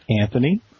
Anthony